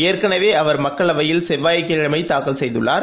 ஏற்கனவே அவர் மக்களவையில் செவ்வாய்க்கிழமை தாக்கல் செய்துள்ளார்